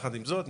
עם זאת,